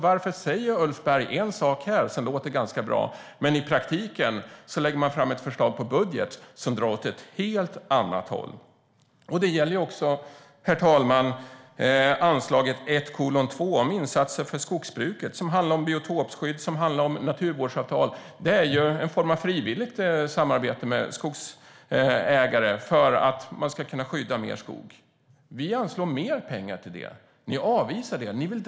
Varför säger Ulf Berg en sak här, som låter ganska bra, när Moderaterna i praktiken lägger fram ett budgetförslag som drar åt ett helt annat håll? Det gäller också anslaget 1:2 om insatser för skogsbruket. Det handlar om biotopskydd och naturvårdsavtal. Det är en form av frivilligt samarbete med skogsägare för att kunna skydda mer skog. Vi anslår mer pengar till det. Ni avvisar det, Ulf Berg.